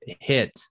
hit